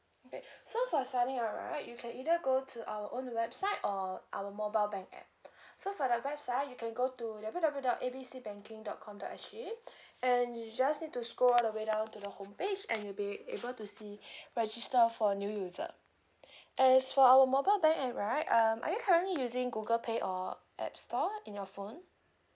okay so for signing up right you can either go to our own website or our mobile bank app so for the website you can go to W W dot A B C banking dot com dot S_G and you just need to scroll all the way down to the home page and you'll be able to see register for new user as for our mobile bank app right um are you currently using google pay or app store in your phone